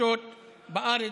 שמתרחשות בארץ,